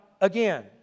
again